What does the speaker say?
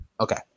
Okay